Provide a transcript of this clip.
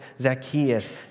Zacchaeus